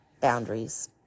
boundaries